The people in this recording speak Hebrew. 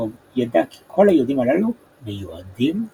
צ'רניאקוב ידע כי כל היהודים הללו מיועדים להשמדה.